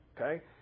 okay